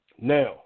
Now